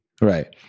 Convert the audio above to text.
Right